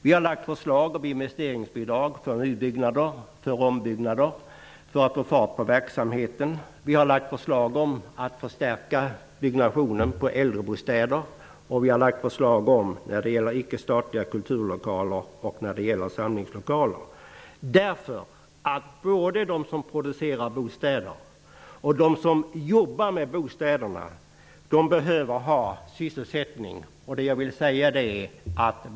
Vi har också lagt fram förslag till investeringsbidrag för nybyggnader och ombyggnader och förslag om att förstärka byggandet av äldrebostäder, av ickestatliga kulturlokaler och av samlingslokaler. Både de som producerar bostäder och de som arbetar med sådana behöver ha sysselsättning.